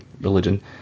religion